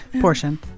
portion